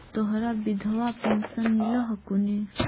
तोहरा विधवा पेन्शन मिलहको ने?